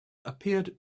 appeared